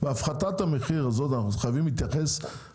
בהפחתת המחיר הזאת אנחנו חייבים להתייחס